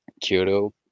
Kyoto